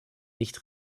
nicht